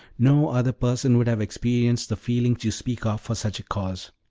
no other person would have experienced the feelings you speak of for such a cause.